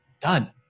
done